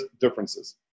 differences